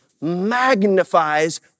magnifies